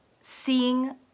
seeing